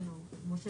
משה